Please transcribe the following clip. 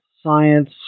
science